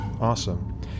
awesome